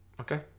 Okay